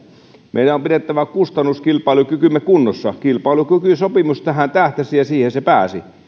meidän on pidettävä kustannuskilpailukykymme kunnossa kilpailukykysopimus tähän tähtäsi ja siihen se pääsi